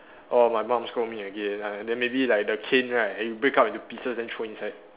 orh my mum scold me again ah then maybe like the cane right you break up into pieces then throw inside